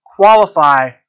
qualify